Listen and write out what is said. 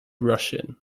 russian